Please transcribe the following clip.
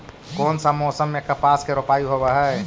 कोन सा मोसम मे कपास के रोपाई होबहय?